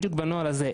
בדיוק בנוהל הזה,